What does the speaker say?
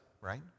right